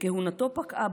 וכהונתו פקעה,